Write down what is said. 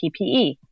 PPE